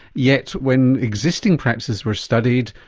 yet when existing practices were studied,